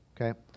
Okay